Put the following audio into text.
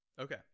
Okay